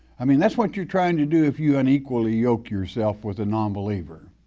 i mean, that's what you're trying to do if you unequally yoke yourself with a nonbeliever.